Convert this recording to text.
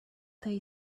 they